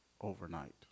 overnight